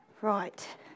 right